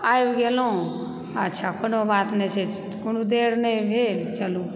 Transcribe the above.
आबि गेलहुँ अच्छा कोनो बात नहि छै कोनो देर नहि भेल चलू